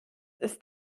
ist